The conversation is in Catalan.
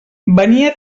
venia